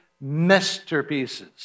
masterpieces